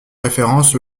référence